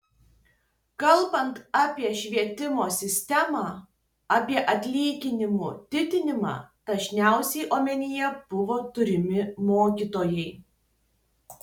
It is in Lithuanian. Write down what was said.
kalbant apie švietimo sistemą apie atlyginimų didinimą dažniausiai omenyje buvo turimi mokytojai